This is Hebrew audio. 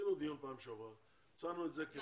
עשינו דיון פעם שעברה, הצענו את זה כפשרה.